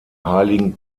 heiligen